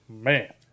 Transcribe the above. Man